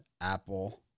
Apple